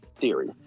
theory